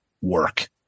work